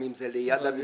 גם אם זה ליד המשרד.